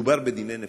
מדובר בדיני נפשות,